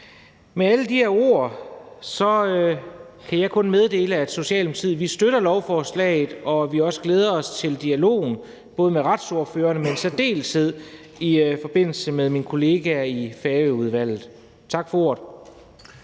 Med alle de her ord kan jeg kun meddele, at vi i Socialdemokratiet støtter lovforslaget, og at vi også glæder os til dialogen med både retsordførerne og i særdeleshed mine kollegaer i Færøudvalget. Tak for ordet.